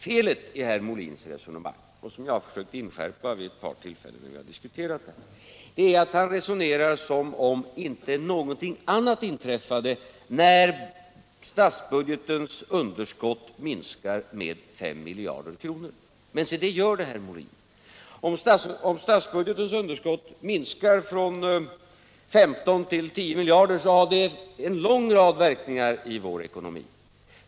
Felet i herr Molins resonemang är — som jag försökt inskärpa vid ett par tillfällen när vi diskuterat detta — att han argumenterar som om inte någonting annat inträffade när budgetunderskottet minskar med 5 miljarder kronor. Men se det gör det, herr Molin. Om statsbudgetens underskott minskar från 15 till 10 miljarder har det en lång rad verkningar på vår ekonomi.